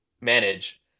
manage